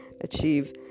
achieve